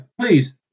please